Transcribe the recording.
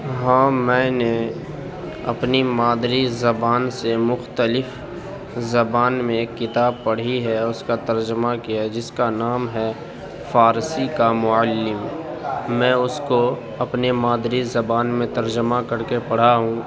ہاں میں نے اپنی مادری زبان سے مختلف زبان میں ایک کتاب پڑھی ہے اور اس کا ترجمہ کیا ہے جس کا نام ہے فارسی کا معلم میں اس کو اپنے مادری زبان میں ترجمہ کر کے پڑھا ہوں